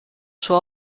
sua